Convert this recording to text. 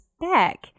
back